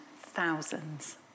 thousands